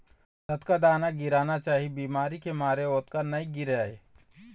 जतका दाना गिरना चाही बिमारी के मारे ओतका नइ गिरय